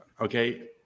okay